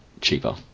cheaper